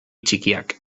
txikiak